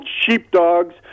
sheepdogs